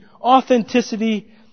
authenticity